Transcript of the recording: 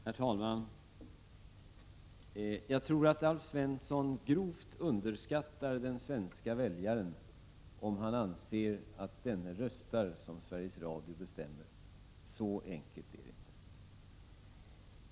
Herr talman! Jag tror att Alf Svensson grovt underskattar den svenske väljaren om han anser att denne röstar som Sveriges Radio bestämmer. Så enkelt är det inte.